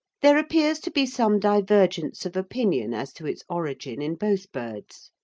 there appears to be some divergence of opinion as to its origin in both birds,